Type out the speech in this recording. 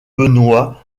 benoît